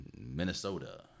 Minnesota